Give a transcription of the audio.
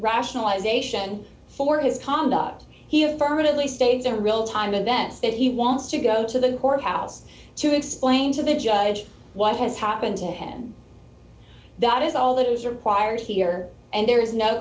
rationalize ation for his conduct he have permanently staged a real time events that he wants to go to the courthouse to explain to the judge what has happened to him that is all that is required here and there is no